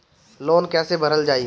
Loan कैसे भरल जाइ?